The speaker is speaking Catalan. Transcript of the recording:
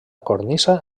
cornisa